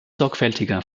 sorgfältiger